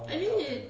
I mean he